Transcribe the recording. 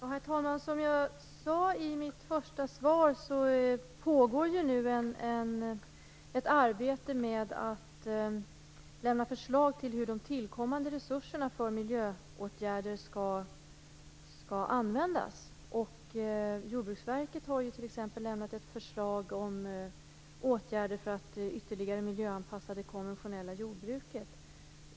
Herr talman! Som jag sade i mitt första svar pågår nu ett arbete med att lämna förslag till hur de tillkommande resurserna för miljöåtgärder skall användas. Jordbruksverket har t.ex. lämnat ett förslag om åtgärder för att ytterligare miljöanpassa det konventionella jordbruket.